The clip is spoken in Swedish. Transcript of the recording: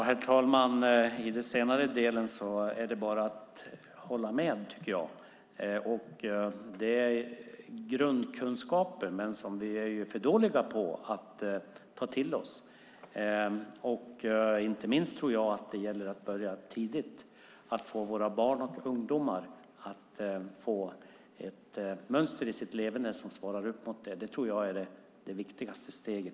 Herr talman! I den senare delen kan jag bara hålla med. Det är grundkunskaper, men vi är för dåliga på att ta till oss dem. Inte minst tror jag att det gäller att börja tidigt och få våra barn och ungdomar att ha ett mönster i sitt leverne som svarar upp mot det. Det tror jag är det viktigaste steget.